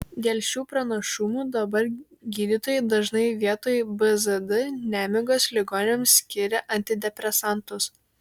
dėl šių pranašumų dabar gydytojai dažnai vietoj bzd nemigos ligoniams skiria antidepresantus